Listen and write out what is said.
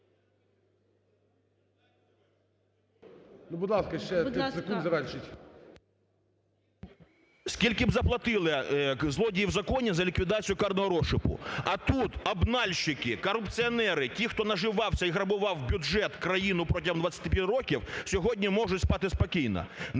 Скільки б заплатили "злодії в законі" за ліквідацію карного розшуку. А тут обнальщики, корупціонери, ті, хто наживався і грабував бюджет, країну протягом двадцяти п'яти років, сьогодні можуть спати спокійно. Не можна